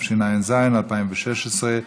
התשע"ז 2016,